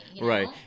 Right